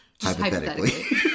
hypothetically